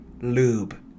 lube